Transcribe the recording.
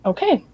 Okay